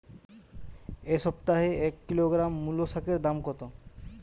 এ সপ্তাহে এক কিলোগ্রাম মুলো শাকের দাম কত?